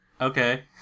Okay